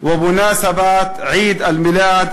ומחרתיים הוא חג המולד,